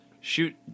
shoot